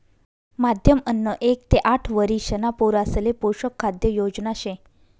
माध्यम अन्न एक ते आठ वरिषणा पोरासले पोषक खाद्य योजना शे